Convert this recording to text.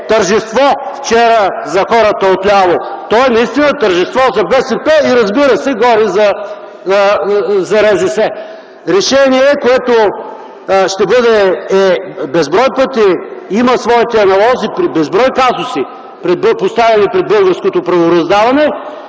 тържество за хората отляво. То е наистина тържество за БСП, и разбира се, за РЗС. Решение, което безброй пъти има своите аналози при безброй казуси, поставени пред българското правораздаване,